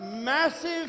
massive